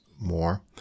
more